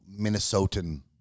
Minnesotan